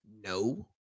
No